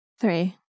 Three